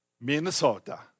Minnesota